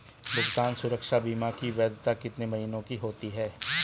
भुगतान सुरक्षा बीमा की वैधता कितने महीनों की होती है?